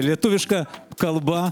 lietuviška kalba